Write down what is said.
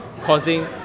causing